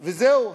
וזהו.